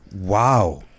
Wow